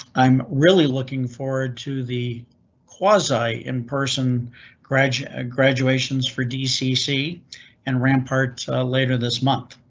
i'm really looking forward to the quasi in person graduate graduations for dcc and ramparts later this month.